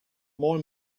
more